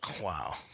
Wow